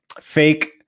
fake